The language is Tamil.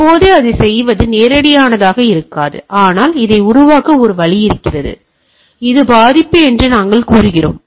இப்போது அதைச் செய்வது நேரடியானதாக இருக்காது ஆனால் இதை உருவாக்க ஒரு வழி இருக்கிறது இது ஒரு பாதிப்பு என்று நாங்கள் கூறுகிறோம்